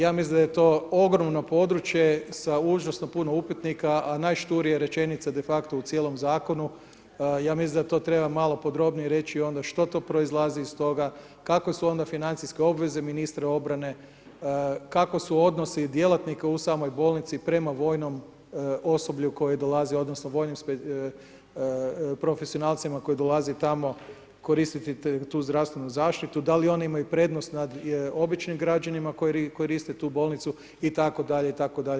Ja mislim da je to ogromno područje sa užasno puno upitnika a najšturija rečenica de facto u cijelom zakonu, ja mislim da to treba malo podrobnije reći onda što to proizlazi iz toga, kakve su onda financijske obveze ministra obrane, kako su odnosi djelatnika u samoj bolnici prema vojnom osoblju koje dolazi, odnosno vojnim profesionalcima koji dolaze tamo koristiti tu zdravstvenu zaštitu da li oni imaju prednost nad običnim građanima koji koriste tu bolnicu, itd. itd.